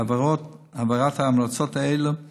העברת ההמלצות האלה היא